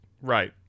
Right